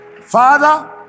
Father